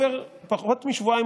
חבריי חברי הכנסת,